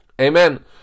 Amen